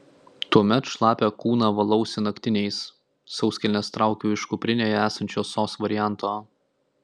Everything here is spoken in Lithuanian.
tuomet šlapią kūną valausi naktiniais sauskelnes traukiu iš kuprinėje esančio sos varianto